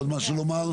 יש עוד משהו לומר?